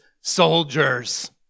soldiers